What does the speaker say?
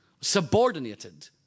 subordinated